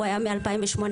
היה מ-2018,